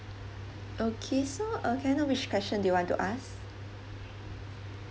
okay so uh can I know which question do you want to ask